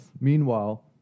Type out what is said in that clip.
Meanwhile